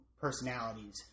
personalities